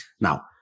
Now